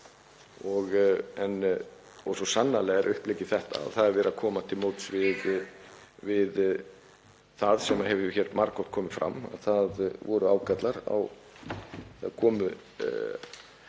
og svo sannarlega er uppleggið þetta, það er verið að koma til móts við það sem hefur margoft komið fram, það voru ágallar, það komu